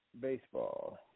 baseball